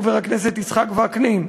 חבר הכנסת יצחק וקנין.